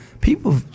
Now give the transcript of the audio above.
People